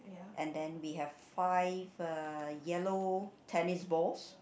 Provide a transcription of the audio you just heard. and then we have five uh yellow tennis balls